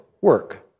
work